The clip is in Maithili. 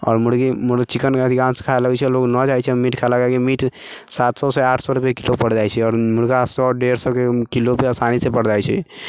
आओर मुर्गे मुर चिकन अधिकांश खाइ लगै छै आओर लोग नहि जाइ छै मीट खाइ लए किएक कि मीट सात सए सँ आठ सए रुपये किलो पड़ि जाइ छै आओर मुर्गा सए डेढ़ सए के किलो आसानीसँ पड़ि जाइ छै